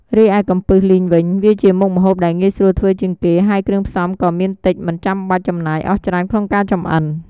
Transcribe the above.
រីឯកំពឹសលីងវិញ វាជាមុខម្ហូបដែលងាយស្រួលធ្វើជាងគេ ហើយគ្រឿងផ្សំក៏មានតិចមិនចំបាច់ចំណាយអស់ច្រើនក្នុងការចម្អិន។